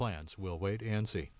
plans we'll wait and see